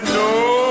no